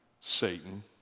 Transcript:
satan